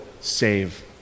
save